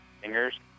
fingers